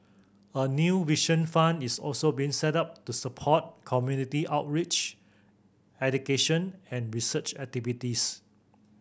a new Vision Fund is also being set up to support community outreach education and research activities